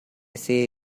say